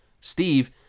Steve